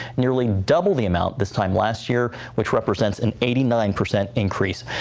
nearly double the amount this time last year, which represents an eighty nine percent increase.